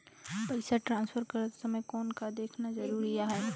पइसा ट्रांसफर करत समय कौन का देखना ज़रूरी आहे?